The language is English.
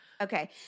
Okay